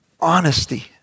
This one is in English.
honesty